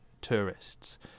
tourists